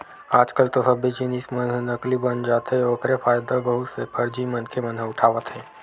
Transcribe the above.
आज कल तो सब्बे जिनिस मन ह नकली बन जाथे ओखरे फायदा बहुत से फरजी मनखे मन ह उठावत हे